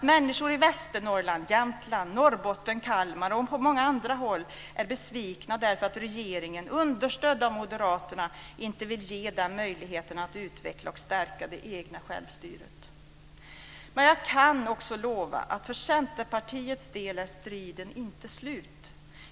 Människor i Västernorrland, Jämtland, Norrbotten, Kalmar och på många andra håll är besvikna därför att regeringen, understödd av moderaterna, inte vill ge dem möjligheten att utveckla och stärka det egna självstyret. Jag kan också lova att striden inte är slut för Centerpartiets del.